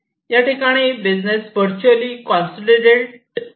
याठिकाणी business virtually consolidate करतात